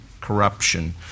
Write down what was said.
corruption